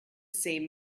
same